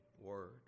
word